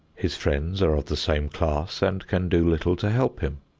his friends are of the same class and can do little to help him.